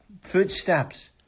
footsteps